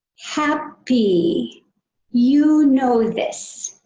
happy. you know this.